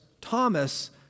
Thomas